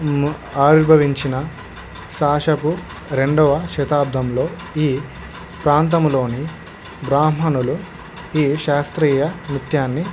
ఆవిర్భవించిన క్రీ పు రెండవ శతాబ్దంలో ఈ ప్రాంతంలోని బ్రాహ్మణులు ఈ శాస్త్రీయ నృత్యాన్ని